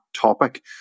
topic